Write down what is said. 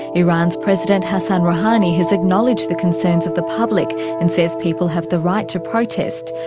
iran's president hassan rouhani has acknowledged the concerns of the public and says people have the right to protest,